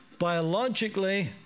biologically